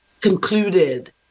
concluded